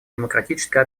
демократической